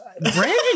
Brandon